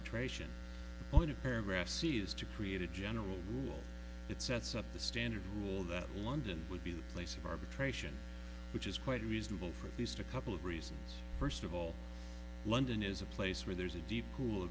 arbitration on a paragraph c is to create a general rule that sets up the standard rule that london would be the place of arbitration which is quite reasonable for at least a couple of reasons first of all london is a place where there's a deep pool